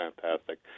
fantastic